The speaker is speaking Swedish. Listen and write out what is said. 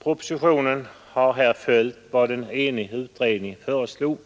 Propositionen har här följt vad en enig utredning föreslog.